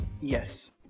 yes